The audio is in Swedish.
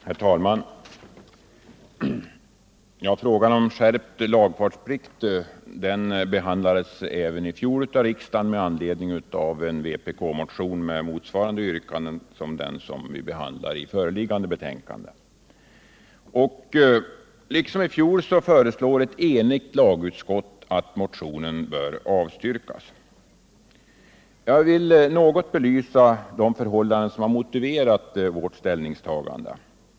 Herr talman! Frågan om skärpt lagfartsplikt behandlades även i fjol av riksdagen med anledning av en vpk-motion med motsvarande yrkande som i den motion som behandlas i föreliggande betänkande. Liksom i fjol föreslår ett enigt lagutskott att riksdagen skall avslå motionen. Jag vill något belysa de förhållanden som har motiverat vårt ställningstagande.